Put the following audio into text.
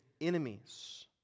enemies